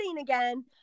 again